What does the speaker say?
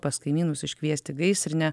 pas kaimynus iškviesti gaisrinę